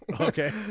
Okay